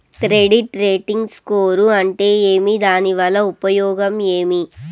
Credit rating score అంటే ఏమి దాని వల్ల ఉపయోగం ఏమి?